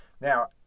Now